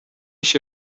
się